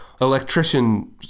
electrician